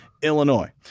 Illinois